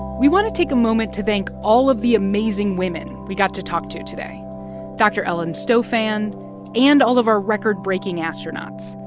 we want to take a moment to thank all of the amazing women we got to talk to today dr. ellen stofan and all of our record-breaking astronauts,